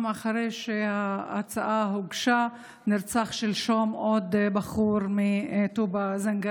גם אחרי שההצעה הוגשה נרצח שלשום עוד בחור מטובא-זנגרייה,